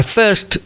first